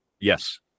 Yes